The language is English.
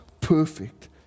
perfect